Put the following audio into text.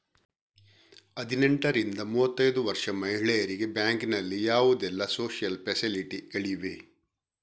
ಹದಿನೆಂಟರಿಂದ ಮೂವತ್ತೈದು ವರ್ಷ ಮಹಿಳೆಯರಿಗೆ ಬ್ಯಾಂಕಿನಲ್ಲಿ ಯಾವುದೆಲ್ಲ ಸೋಶಿಯಲ್ ಫೆಸಿಲಿಟಿ ಗಳಿವೆ?